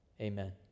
Amen